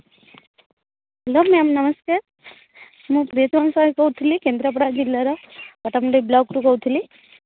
hello ma'am ନମସ୍କାର ମୁଁ ବେତନ ସାହୁ କହୁଥିଲି କେନ୍ଦ୍ରାପଡ଼ା ଜିଲ୍ଲାର ପଟାମୁଣ୍ଡେଇ ବ୍ଲକ୍ରୁ କହୁଥିଲି